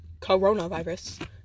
coronavirus